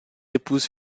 épouse